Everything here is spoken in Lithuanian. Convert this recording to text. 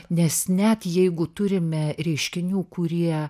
nes net jeigu turime reiškinių kurie